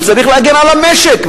הוא צריך להגן על המשק,